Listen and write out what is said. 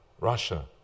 Russia